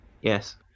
Yes